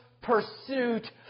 pursuit